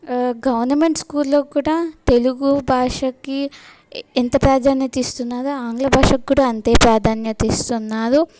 government స్కూల్లో కూడా తెలుగు భాషకి ఎంత ప్రాధాన్యత ఇస్తున్నారో ఆంగ్ల భాషకు కూడా అంతే ప్రాధాన్యత ఇస్తున్నారు